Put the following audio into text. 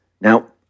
Now